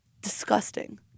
Disgusting